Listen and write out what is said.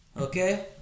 Okay